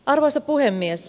arvoisa puhemies